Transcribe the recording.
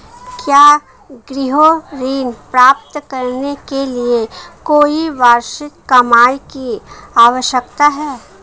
क्या गृह ऋण प्राप्त करने के लिए कोई वार्षिक कमाई की आवश्यकता है?